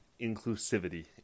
inclusivity